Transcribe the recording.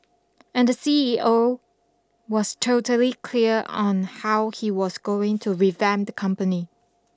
and the C E O was totally clear on how he was going to revamp the company